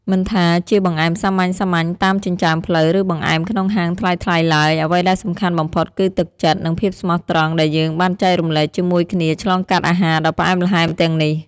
មិនថាជាបង្អែមសាមញ្ញៗតាមចិញ្ចើមផ្លូវ ឬបង្អែមក្នុងហាងថ្លៃៗឡើយ អ្វីដែលសំខាន់បំផុតគឺទឹកចិត្ត និងភាពស្មោះត្រង់ដែលយើងបានចែករំលែកជាមួយគ្នាឆ្លងកាត់អាហារដ៏ផ្អែមល្ហែមទាំងនេះ។